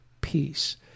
peace